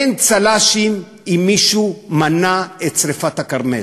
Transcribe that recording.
אין צל"שים אם מישהו מנע את שרפת הכרמל,